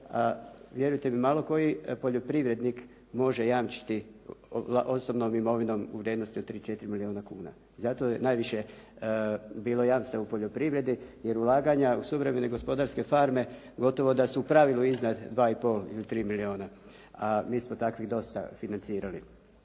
a vjerujte mi malo koji poljoprivrednik može jamčiti osobnom imovinom u vrijednosti od 3, 4 milijona kuna. Zato je najviše bilo jamstava u poljoprivredi, jer ulaganja u suvremene gospodarske farme gotovo da su u pravilu iznad 2 i pol ili 3 milijona. A mi smo takvih dosta financirali.